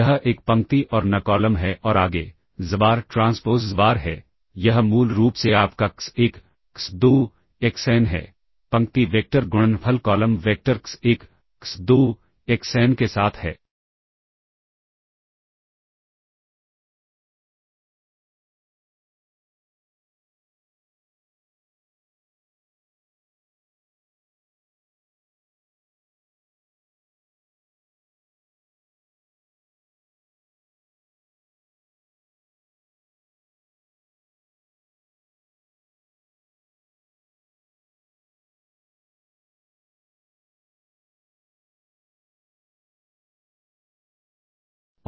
यह 1 पंक्ति और n कॉलम है और आगे xbar ट्रांसपोज़ xbar है यह मूल रूप से आपका x1 x2 xn है पंक्ति वेक्टर गुणनफल column vector x1 x2 xn के साथ है